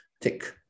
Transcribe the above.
take